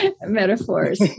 metaphors